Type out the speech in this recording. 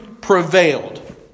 prevailed